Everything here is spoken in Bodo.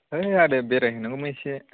ओइ आदा बेरायहैनांगौमोन एसे